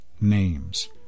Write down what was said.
names